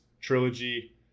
Trilogy